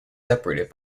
separated